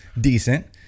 decent